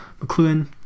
McLuhan